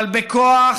אבל בכוח,